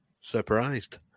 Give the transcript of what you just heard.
surprised